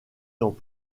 dans